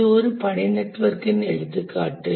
இது ஒரு பணி நெட்வொர்க்கின் எடுத்துக்காட்டு